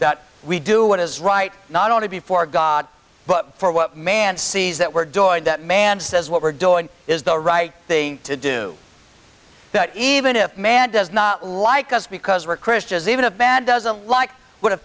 that we do what is right not only be for god but for what man sees that we're doing that man says what we're doing is the right thing to do that even if man does not like us because we're christians even a bad doesn't like what have